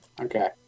Okay